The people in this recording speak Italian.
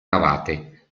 navate